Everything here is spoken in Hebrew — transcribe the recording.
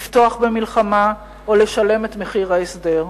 לפתוח במלחמה או לשלם את מחיר ההסדר.